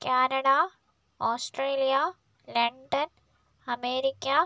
Canada Australia London America